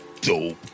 dope